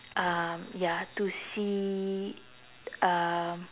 um ya to see um